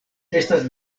estas